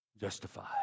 Justified